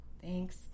Thanks